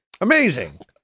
Amazing